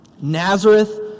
Nazareth